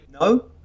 No